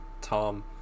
Tom